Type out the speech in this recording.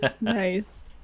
Nice